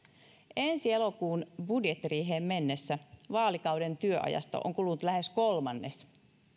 ensi elokuun budjettiriiheen mennessä vaalikauden työajasta on kulunut lähes kolmannes